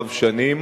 רב-שנים,